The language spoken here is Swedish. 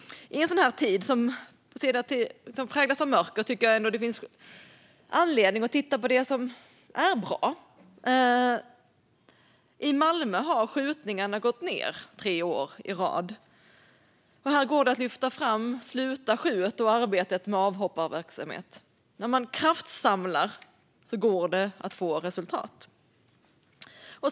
I en sådan här tid, som präglas av mörker, tycker jag ändå att det finns anledning att titta på det som är bra. I Malmö har skjutningarna gått ned tre år i rad. Här går det att lyfta fram Sluta skjut! och arbetet med avhopparverksamhet. När man kraftsamlar går det att få resultat.